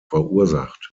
verursacht